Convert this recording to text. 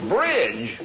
Bridge